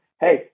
Hey